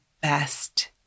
best